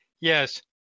Yes